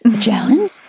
challenge